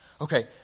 Okay